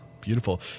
Beautiful